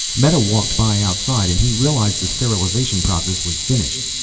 meta walked by outside and he realized the sterilization process was finished.